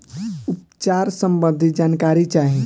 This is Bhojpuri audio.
उपचार सबंधी जानकारी चाही?